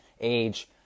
age